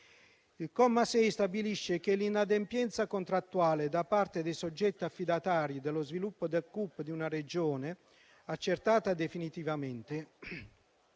Il comma 6 stabilisce che l'inadempienza contrattuale da parte dei soggetti affidatari dello sviluppo del CUP di una Regione, accertata definitivamente,